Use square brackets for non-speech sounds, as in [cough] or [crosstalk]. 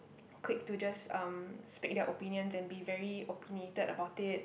[noise] quick to just um speak their opinions and be very opinionated about it